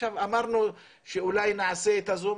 אמרנו שאולי נעשה את הזום,